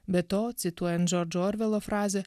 be to cituojant džordžo orvelo frazę